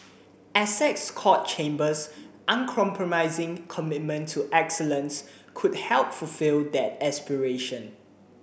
Essex Court Chambers uncompromising commitment to excellence could help fulfil that aspiration